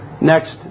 Next